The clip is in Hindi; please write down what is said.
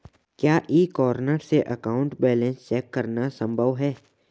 क्या ई कॉर्नर से अकाउंट बैलेंस चेक करना संभव है?